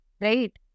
Right